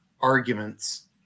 arguments